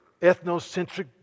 ethnocentric